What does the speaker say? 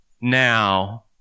now